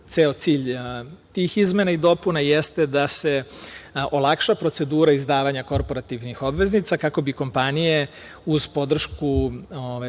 ceo cilj tih izmena i dopuna jeste da se olakša procedura izdavanja korporativnih obveznica kako bi kompanije, uz podršku